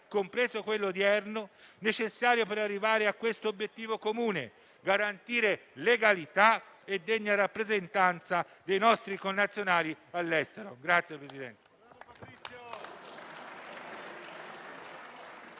compreso quello odierno, necessario per arrivare all'obiettivo comune: garantire legalità e degna rappresentanza dei nostri connazionali all'estero.